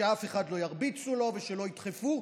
שלא ירביצו לאף אחד ושלא ידחפו,